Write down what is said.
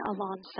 alongside